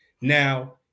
Now